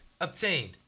Obtained